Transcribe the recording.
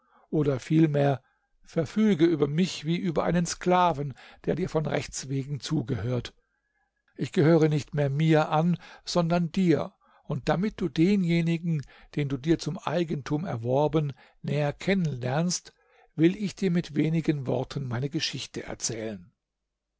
oder vielmehr verfüge über mich wie über einen sklaven der dir von rechts wegen zugehört ich gehöre nicht mehr mir an sondern dir und damit du denjenigen den du dir zum eigentum erworben näher kennenlernst will ich dir mit wenigen worten meine geschichte erzählen